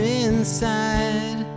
inside